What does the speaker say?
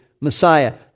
Messiah